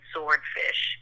Swordfish